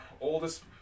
oldest